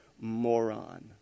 moron